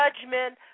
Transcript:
judgment